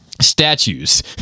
statues